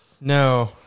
No